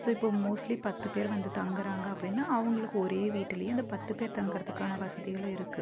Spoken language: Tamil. ஸோ இப்ப மோஸ்ட்லி பத்து பேர் வந்து தங்குறாங்க அப்படின்னா அவங்களுக்கு ஒரே வீட்டுலையே அந்த பத்து பேர் தங்குறதுக்கான வசதிகளும் இருக்கு